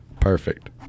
Perfect